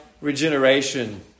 regeneration